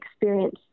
experience